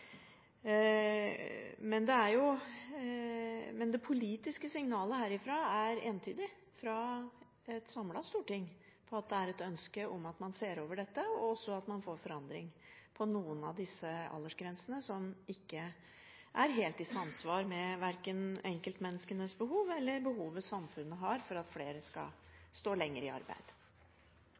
Men det politiske signalet herfra er entydig, fra et samlet storting, om at det er et ønske om at man ser over dette, og at man så får forandring på noen av disse aldersgrensene som ikke er helt i samsvar med verken enkeltmenneskenes behov, eller behovet samfunnet har for at flere skal stå lenger i arbeid.